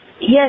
Yes